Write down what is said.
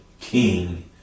King